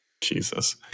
Jesus